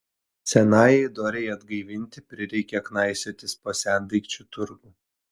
senajai dorei atgaivinti prireikė knaisiotis po sendaikčių turgų